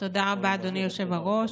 תודה רבה, אדוני היושב-ראש.